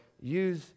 Use